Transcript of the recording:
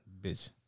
bitch